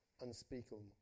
unspeakable